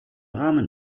rahmen